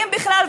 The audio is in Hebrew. אם בכלל,